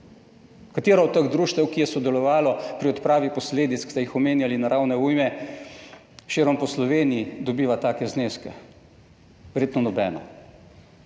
Katero od teh društev, ki je sodelovalo pri odpravi posledic, ki ste jih omenjali, naravne ujme, širom po Sloveniji, dobiva take zneske? Verjetno nobeno.